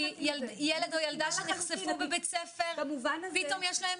ילד או ילדה שנחשפו בבית ספר פתאום יש להם